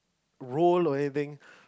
role or anything